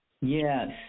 Yes